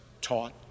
taught